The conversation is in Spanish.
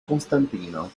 constantino